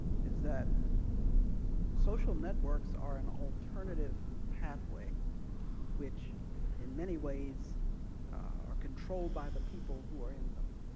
is that social networks are an alternative pathway which in many ways are controlled by the people who are in them